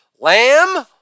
Lamb